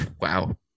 Wow